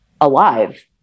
alive